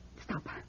Stop